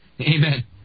Amen